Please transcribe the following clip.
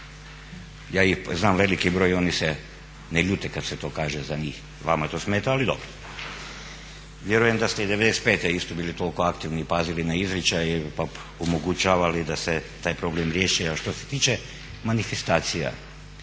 Ja ih znam veliki broj i oni se ne ljute kada se to kaže za njih, vama je to smetalo ali dobro. Vjerujem da ste i '95.isto bili toliko aktivni i pazili na izričaj pa ipak omogućavali da se taj problem riješi. A što se tiče manifestacija